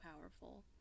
powerful